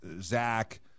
Zach